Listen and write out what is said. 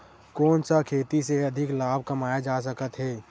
कोन सा खेती से अधिक लाभ कमाय जा सकत हे?